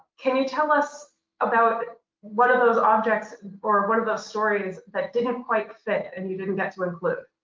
can you tell us about what are those objects or what are those stories that didn't quite fit and you didn't get to include?